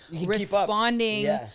responding